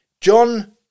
John